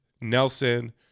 Nelson